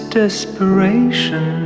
desperation